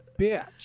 bitch